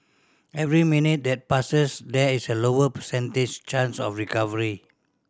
every minute that passes there is a lower percentage chance of recovery